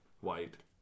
white